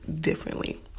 differently